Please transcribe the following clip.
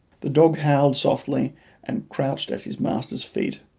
the dog howled softly and crouched at his master's feet,